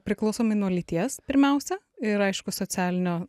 priklausomai nuo lyties pirmiausia ir aišku socialinio